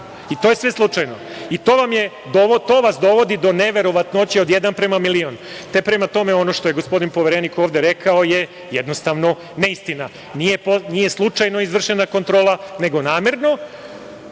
i to je sve slučajno. To vas dovodi do neverovatnoće od 1:1.000.000.Te, prema tome, ono što je gospodin Poverenik ovde rekao je jednostavno neistina. Nije slučajno izvršena kontrola, nego namerno.